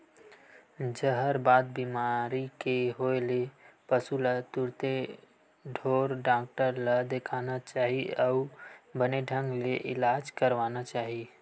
जहरबाद बेमारी के होय ले पसु ल तुरते ढ़ोर डॉक्टर ल देखाना चाही अउ बने ढंग ले इलाज करवाना चाही